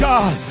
God